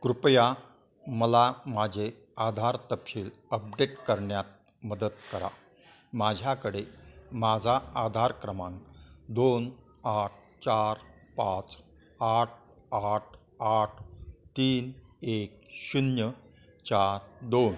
कृपया मला माझे आधार तपशील अपडेट करण्यात मदत करा माझ्याकडे माझा आधार क्रमांक दोन आठ चार पाच आठ आठ आठ तीन एक शून्य चार दोन